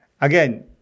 Again